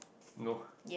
no